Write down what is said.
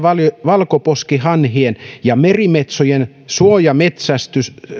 valkoposkihanhien ja merimetsojen suojametsästystä